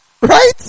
Right